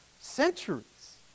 centuries